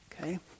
Okay